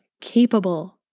capable